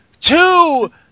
two